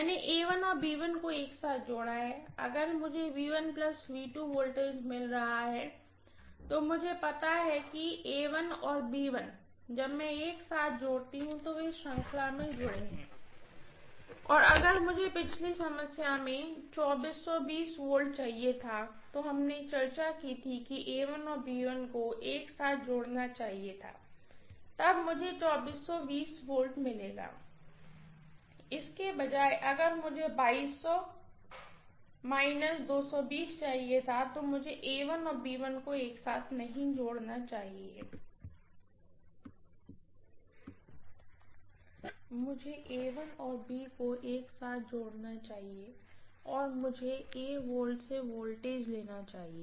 मैंने और को एक साथ जोड़ा है और अगर मुझे वोल्टेज मिल रहा है तो मुझे पता है कि और जब मैं एक साथ जोड़ती हूँ तो वे श्रृंखला में जुड़े हैं और अगर मुझे पिछली समस्या में V चाहिए था तो हमने चर्चा की मुझे और को एक साथ जोड़ना चाहिए था तब मुझेV मिलेगा इसके बजाय अगर मुझे चाहिए था तो मुझे औरको एक साथ नहीं जोड़ना चाहिए मुझे और को एक साथ जोड़ना चाहिए और मुझेसे वोल्टेज लेना चाहिए